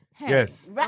Yes